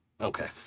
Okay